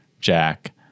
jack